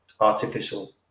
artificial